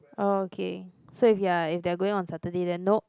okay so if you're if they are going on Saturday then no